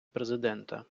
президента